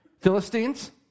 Philistines